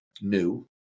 New